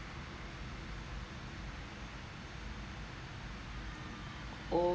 oh